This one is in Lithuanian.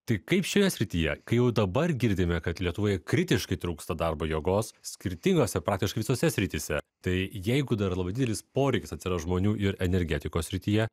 tai kaip šioje srityje kai jau dabar girdime kad lietuvoje kritiškai trūksta darbo jėgos skirtingose praktiškai visose srityse tai jeigu dar labai didelis poreikis atsiras žmonių ir energetikos srityje